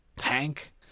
Tank